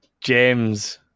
James